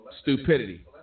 stupidity